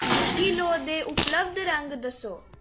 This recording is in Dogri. मिगी लोऽ दे उपलब्ध रंग दस्सो